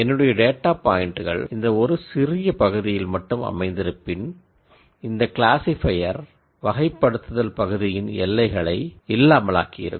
என்னுடைய டேட்டா பாயின்ட்டுகள் ஒரு சிறிய பகுதியில் மட்டும் அமைந்திருப்பின் இந்த க்ளாசிஃபையர் கிளாஸ்ஸிஃபிகேஷன் ரீஜனை அன்பவுண்டட் ஆக்கியிருக்கும்